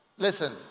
Listen